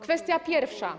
Kwestia pierwsza.